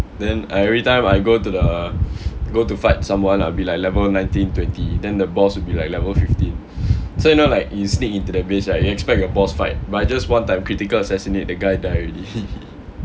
then I every time I go to the go to fight someone I'll be like level nineteen twenty then the boss will be like level fifteen so you know like you sneak into the base right you expect your boss fight but I just one time critical assassinate that guy die already